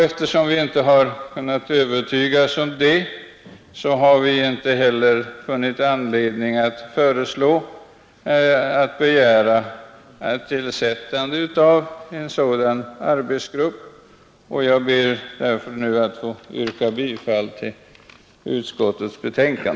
Eftersom vi inte kunnat övertygas därom, har vi heller inte funnit anledning att begära tillsättande av en sådan arbetsgrupp. Jag ber därför att få yrka bifall till utskottets hemställan.